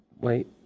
Wait